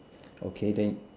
okay then